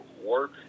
work